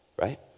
right